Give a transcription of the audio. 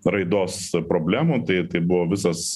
raidos problemų tai tai buvo visas